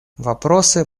вопросы